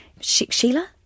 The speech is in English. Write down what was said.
Sheila